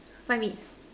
five minutes